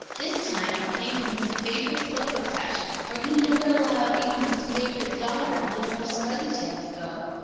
this time it came from his favorite clover-patch where he never allowed even his favorite daughter, little miss fuzzytail, to go.